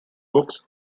books